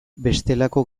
bestelako